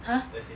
!huh!